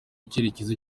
icyerekezo